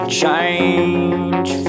change